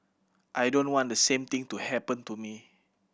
I don't want the same thing to happen to me